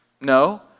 no